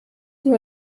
nur